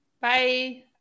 Bye